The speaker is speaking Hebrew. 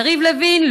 יריב לוין,